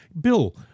Bill